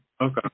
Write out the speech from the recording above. Okay